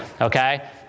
Okay